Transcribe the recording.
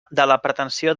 pretensió